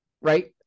Right